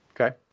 Okay